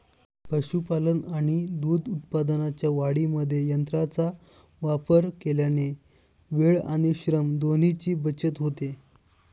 पशुपालन आणि दूध उत्पादनाच्या वाढीमध्ये यंत्रांचा वापर केल्याने वेळ आणि श्रम दोन्हीची बचत होते